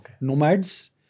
nomads